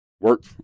Work